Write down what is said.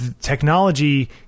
technology